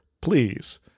please